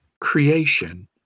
creation